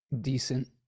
decent